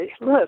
look